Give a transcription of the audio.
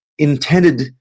intended